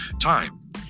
time